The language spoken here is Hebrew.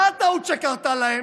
אגב, קרתה להם